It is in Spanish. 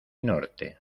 norte